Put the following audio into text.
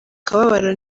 kababaro